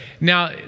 Now